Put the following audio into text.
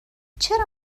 چرا